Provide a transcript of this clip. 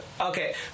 Okay